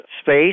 space